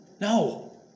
No